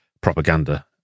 Propaganda